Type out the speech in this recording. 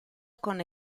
con